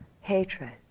hatred